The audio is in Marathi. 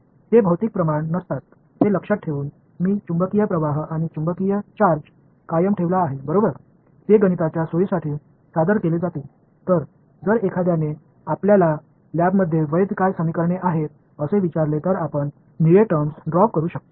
ते भौतिक प्रमाण नसतात हे लक्षात ठेवून मी चुंबकीय प्रवाह आणि चुंबकीय चार्ज कायम ठेवला आहे बरोबर ते गणिताच्या सोयीसाठी सादर केले जातील तर जर एखाद्याने आपल्याला लॅबमध्ये वैध काय समीकरणे आहेत असे विचारले तर आपण निळे टर्म्स ड्रॉप करू शकता